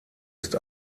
ist